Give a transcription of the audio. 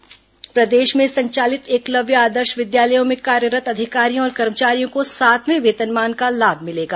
एकलव्य विद्यालय प्रदेश में संचालित एकलव्य आदर्श विद्यालयों में कार्यरत् अधिकारियों और कर्मचारियों को सातवां वेतनमान का लाभ मिलेगा